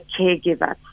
caregiver